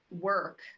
work